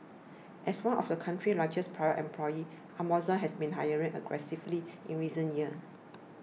as one of the country's largest private employers Amazon has been hiring aggressively in recent years